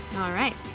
alright,